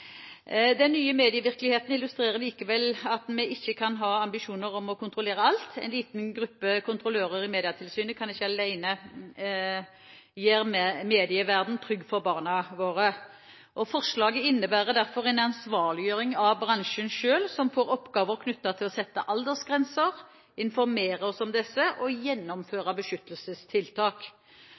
Den nye medievirkeligheten illustrerer likevel at vi ikke kan ha ambisjoner om å kontrollere alt. En liten gruppe kontrollører i Medietilsynet kan ikke alene gjøre medieverden trygg for barna våre. Forslaget innebærer derfor en ansvarliggjøring av bransjen selv, som får oppgaver knyttet til å sette aldersgrenser, informere om disse og gjennomføre beskyttelsestiltak.